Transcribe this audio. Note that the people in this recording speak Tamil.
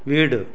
வீடு